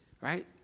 right